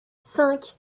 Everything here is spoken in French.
cinq